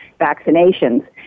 vaccinations